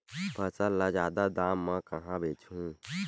फसल ल जादा दाम म कहां बेचहु?